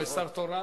יש שר תורן.